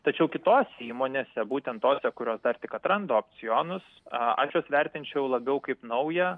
tačiau kitose įmonėse būtent tose kurios dar tik atranda opcionus aš juos vertinčiau labiau kaip naują